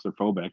claustrophobic